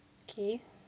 k